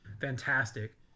fantastic